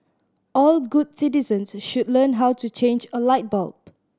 all good citizens should learn how to change a light bulb